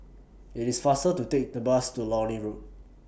IT IS faster to Take The Bus to Lornie Road